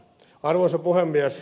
arvoisa puhemies